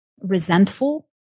resentful